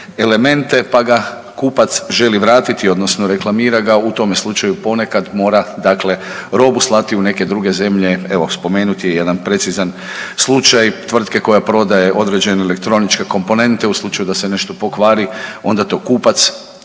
elemente pa ga kupac želi vratiti odnosno reklamira ga u tome slučaju ponekad mora dakle robu slati u neke druge zemlje evo spomenut je jedan precizan slučaj tvrtke koja prodaje određene elektroničke komponente u slučaju da se nešto pokvari onda to kupac